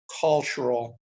cultural